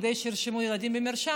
כדי שירשמו את הילדים במרשם.